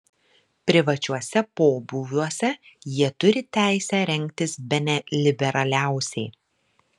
privačiuose pobūviuose jie turi teisę rengtis bene liberaliausiai